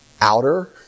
outer